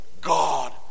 God